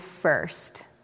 first